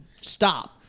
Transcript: stop